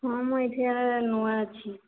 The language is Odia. ହଁ ମୁଁ ଏଠିକା ନୂଆ ଅଛି